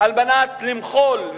על מנת למחול,